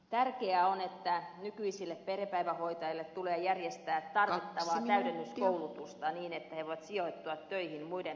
tärkeää on että nykyisille perhepäivähoitajille tulee järjestää tarvittavaa täydennyskoulutusta niin että he voivat sijoittua töihin muiden päivähoitomuotojen palvelukseen